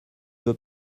veux